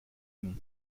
nom